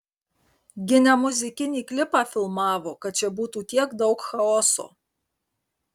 gi ne muzikinį klipą filmavo kad čia būtų tiek daug chaoso